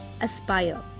Aspire